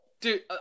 Dude